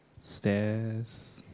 stairs